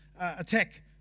Attack